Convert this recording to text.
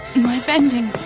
my bending.